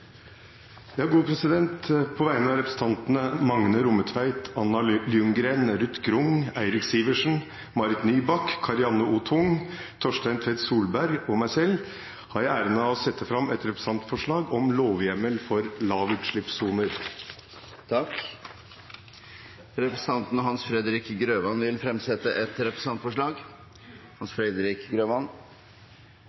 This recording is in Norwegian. På vegne av representantene Magne Rommetveit, Anna Ljunggren, Ruth Grung, Eirik Sivertsen, Marit Nybakk, Karianne O. Tung, Torstein Tvedt Solberg og meg selv har jeg æren av å sette fram et representantforslag om lovhjemmel for lavutslippssoner. Representanten Hans Fredrik Grøvan vil fremsette et representantforslag.